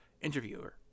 Interviewer